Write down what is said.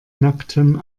nacktem